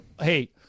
hey